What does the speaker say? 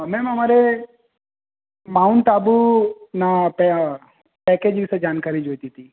ma'am અમારે Mount આબુના package વિષે જાણકારી જોઈતી તી